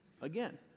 again